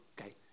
okay